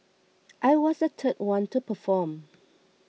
I was the third one to perform